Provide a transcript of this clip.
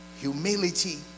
humility